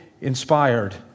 inspired